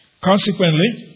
consequently